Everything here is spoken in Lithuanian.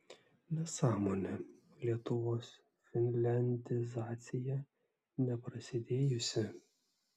nesąmonė lietuvos finliandizacija neprasidėjusi